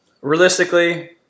realistically